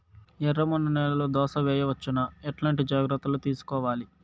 ఎర్రమన్ను నేలలో దోస వేయవచ్చునా? ఎట్లాంటి జాగ్రత్త లు తీసుకోవాలి?